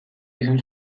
izan